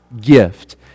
gift